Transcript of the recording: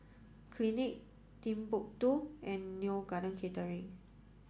Clinique Timbuk two and Neo Garden Catering